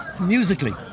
musically